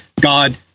God